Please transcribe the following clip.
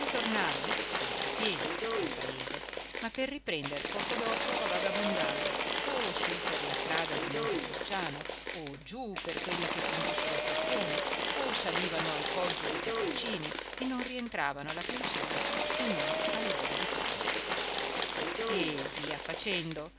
ritornavano sempre a piedi al paese ma per riprender poco dopo a vagabondare o su per la strada di montepulciano o giù per quella che conduce alla stazione o salivano al poggio dei cappuccini e non rientravano alla pensione se non all'ora di pranzo e via facendo